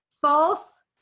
false